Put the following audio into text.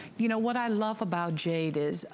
you know what i love about jade is,